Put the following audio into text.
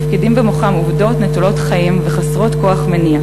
מפקידים במוחם עובדות נטולות חיים וחסרות כוח מניע.